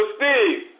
Steve